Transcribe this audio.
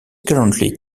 currently